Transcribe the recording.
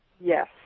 yes